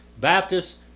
Baptists